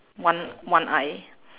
one one eye